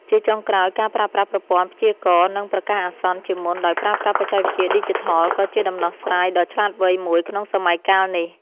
ជាចុងក្រោយ ការប្រើប្រាស់ប្រព័ន្ធព្យាករណ៍ និងប្រកាសអាសន្នជាមុនដោយប្រើប្រាស់បច្ចេកវិទ្យាឌីជីថល ក៏ជាដំណោះស្រាយដ៏ឆ្លាតវៃមួយក្នុងសម័យកាលនេះ។